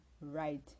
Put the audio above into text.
right